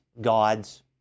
God's